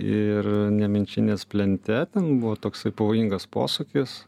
ir nemenčinės plente ten buvo toksai pavojingas posūkis